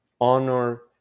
honor